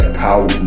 power